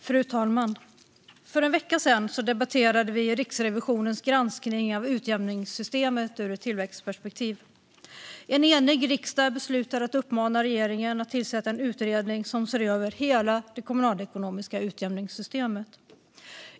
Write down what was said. Fru talman! För en vecka sedan debatterade vi Riksrevisionens granskning av utjämningssystemet ur ett tillväxtperspektiv. En enig riksdag beslutade att uppmana regeringen att tillsätta en utredning som ser över hela det kommunalekonomiska utjämningssystemet.